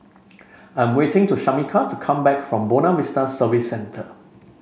I'm waiting to Shamika to come back from Buona Vista Service Centre